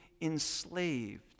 enslaved